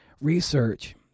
research